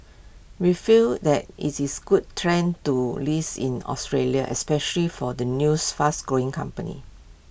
we feel that is this good trend to list in Australia especially for the news fast growing company